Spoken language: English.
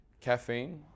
Caffeine